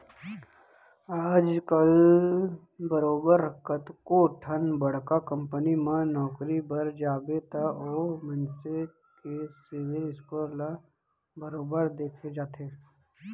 आजकल बरोबर कतको ठन बड़का कंपनी म नौकरी बर जाबे त ओ मनसे के सिविल स्कोर ल बरोबर देखे जाथे